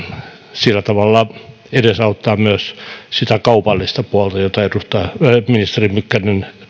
sillä tavalla edesauttaa myös sitä kaupallista puolta jota ministeri mykkänen